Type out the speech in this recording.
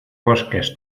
bosques